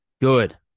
good